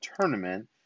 Tournament